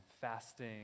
fasting